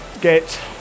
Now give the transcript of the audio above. get